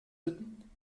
bitten